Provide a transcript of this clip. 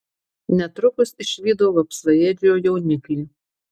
netrukus išvydau vapsvaėdžio jauniklį